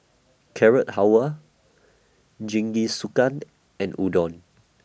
Carrot Halwa Jingisukan and Udon